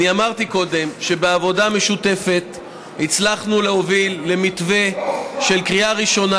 אני אמרתי קודם שבעבודה משותפת הצלחנו להוביל למתווה של קריאה ראשונה,